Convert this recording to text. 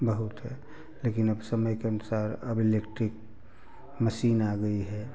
बहुत है लेकिन अब समय के अनुसार अब इलेक्ट्रिक मशीन आ गई है